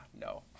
No